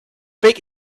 big